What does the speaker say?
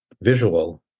visual